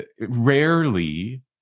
rarely